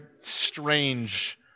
strange